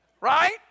Right